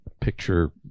picture